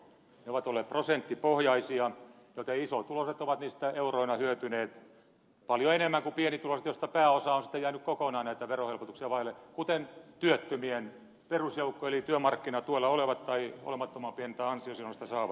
ne ovat olleet prosenttipohjaisia joten isotuloiset ovat niistä euroina hyötyneet paljon enemmän kuin pienituloiset joista pääosa on sitten jäänyt kokonaan näitä verohelpotuksia vaille kuten työttömät perusjoukko eli työmarkkinatuella olevat tai olemattoman pientä ansiosidonnaista saavat